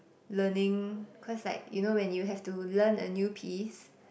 learning cause like you know when you have to learn a new piece